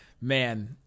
man